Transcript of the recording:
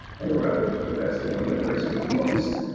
and there were others, but that's the one that hurts me the most.